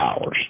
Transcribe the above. hours